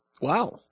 Wow